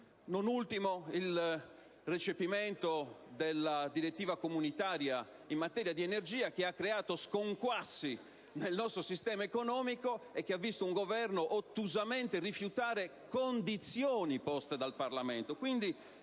non ultimo il recepimento della direttiva comunitaria in materia di energia, che ha creato sconquassi nel nostro sistema economico e che ha visto il Governo rifiutare ottusamente le condizioni poste dal Parlamento.